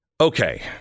Okay